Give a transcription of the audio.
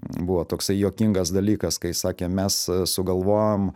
buvo toksai juokingas dalykas kai sakė mes sugalvojom